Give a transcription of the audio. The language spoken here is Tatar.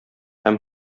һәм